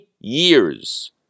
years